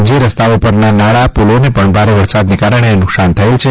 જે રસ્તાઓ પરના નાળાપુલોને પણ ભારે વરસાદને કારણે નૂકશાન થયેલ છે